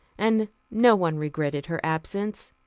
and no one regretted her absence.